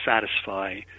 satisfy